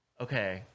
Okay